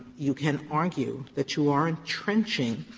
you can argue that you aren't trenching